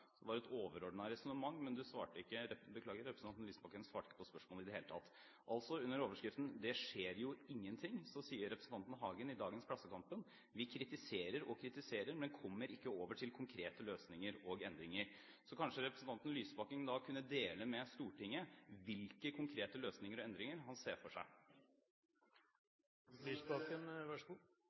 det var et særlig godt svar på spørsmålet. Det var et overordnet resonnement, men representanten Lysbakken svarte ikke på spørsmålet i det hele tatt. Altså: Under overskriften «Det skjer jo ingenting!» sier representanten Aksel Hagen i dagens Klassekampen: «Vi kritiserer og kritiserer, men kommer ikke over til konkrete løsninger og endringer.» Kanskje representanten Lysbakken kunne dele med Stortinget hvilke konkrete løsninger og endringer han ser for